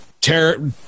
tear